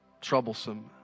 troublesome